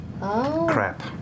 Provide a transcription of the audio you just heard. Crap